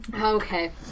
Okay